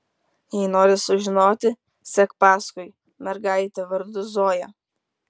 jei nori sužinoti sek paskui mergaitę vardu zoja